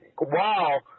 WoW